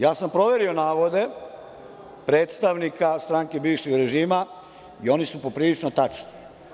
Ja sam proverio navode predstavnika stranke bivšeg režima i oni su poprilično tačni.